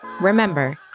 Remember